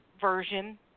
version